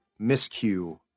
miscue